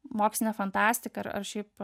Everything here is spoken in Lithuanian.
moksline fantastika ar šiaip